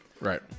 Right